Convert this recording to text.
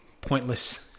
pointless